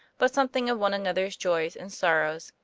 but something of one another's joys and sorrows,